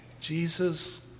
Jesus